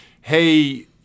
hey –